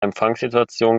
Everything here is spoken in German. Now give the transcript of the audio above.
empfangssituation